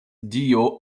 dio